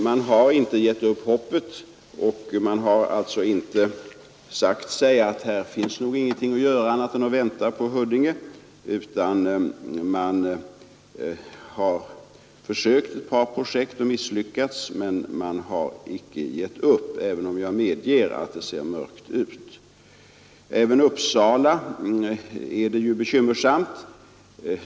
Man har inte gett upp hoppet, inte sagt sig att här finns ingenting annat att göra än att vänta på Huddinge, utan man har försökt ett par projekt och misslyckats, men icke gett upp även om jag medger att det ser mörkt ut. Även i Uppsala är det bekymmersamt.